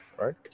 right